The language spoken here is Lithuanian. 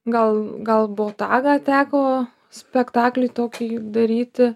gal gal botagą teko spektakliui tokį daryti